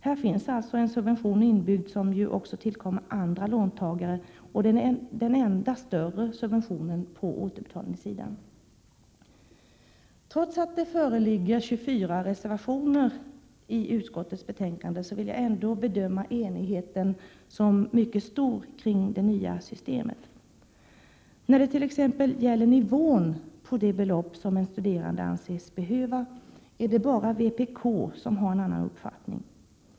Här finns alltså en subvention inbyggd som ju också tillkommer andra låntagare, och det är den enda större subventionen på återbetalningssidan. Trots att det föreligger 24 reservationer i utskottets betänkande vill jag ändå bedöma enigheten som mycket stor kring det nya systemet. När det t.ex. gäller nivån på det belopp som en studerande anses behöva är det bara vpk som har en avvikande uppfattning.